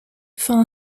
fin